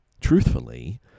Truthfully